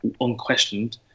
unquestioned